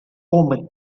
omen